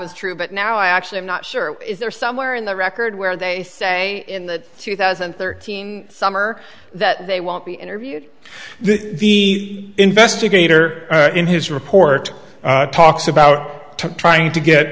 was true but now i actually i'm not sure if they're somewhere in the record where they say in the two thousand and thirteen summer that they won't be interviewed the investigator in his report talks about to trying to get